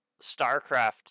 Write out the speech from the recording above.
Starcraft